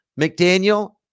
McDaniel